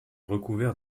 recouvert